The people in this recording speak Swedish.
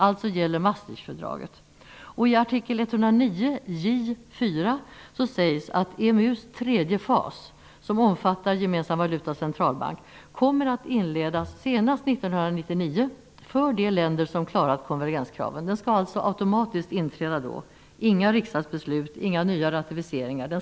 Alltså gäller I artikel 109, J 4 sägs att EMU:s tredje fas, som omfattar gemensam valuta och centralbank, kommer att inledas senast 1999 för de länder som klarat konvergenskraven. Denna artikel skall alltså automatiskt inträda då utan några riksdagsbeslut eller några nya ratificeringar.